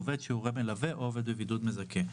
עובד שהוא הורה מלווה או עובד בבידוד מזכה".